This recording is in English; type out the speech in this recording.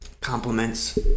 compliments